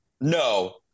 no